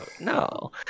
No